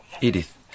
Edith